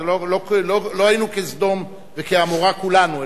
לא היינו כסדום וכעמורה כולנו,